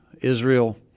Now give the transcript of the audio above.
Israel